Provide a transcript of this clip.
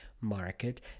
market